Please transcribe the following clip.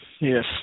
Yes